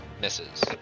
misses